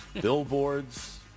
billboards